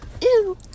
Ew